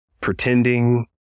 pretending